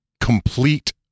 Complete